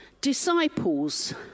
disciples